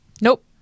Nope